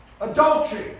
adultery